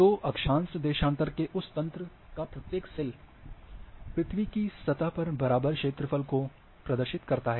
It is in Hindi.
तो अक्षांश देशांतर के उस तंत्र का प्रत्येक सेल पृथ्वी की सतह पर बराबर क्षेत्रफल को प्रदर्शित करता है